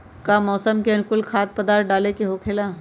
का मौसम के अनुकूल खाद्य पदार्थ डाले के होखेला?